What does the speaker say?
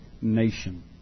nation